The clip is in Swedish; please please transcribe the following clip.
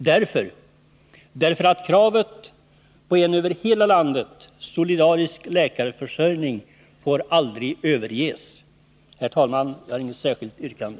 Det gör vi därför att kravet på en över hela landet solidarisk läkarförsörjning aldrig får överges. Herr talman! Jag har inget särskilt yrkande.